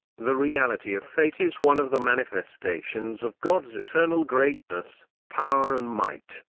the reality of fate is one of the manifestations of god's eternal greatness, power and might.